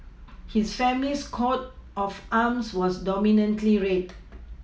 his family's coat of arms was dominantly red